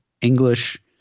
English